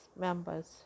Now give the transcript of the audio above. members